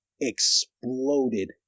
exploded